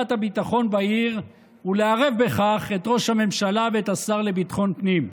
הביטחון בעיר ולערב בכך את ראש הממשלה ואת השר לביטחון הפנים.